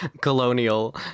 colonial